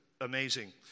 amazing